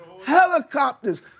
helicopters